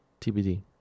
TBD